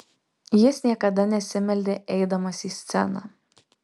jis niekada nesimeldė eidamas į sceną